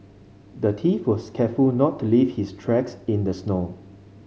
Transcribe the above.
the thief was careful not to leave his tracks in the snow